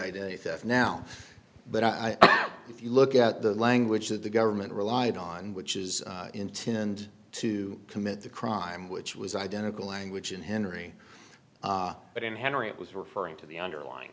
identity theft now but i think if you look at the language that the government relied on which is intend to commit the crime which was identical language in henry but in henry it was referring to the underlying